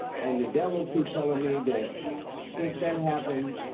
and the devil keeps telling me that since that happened,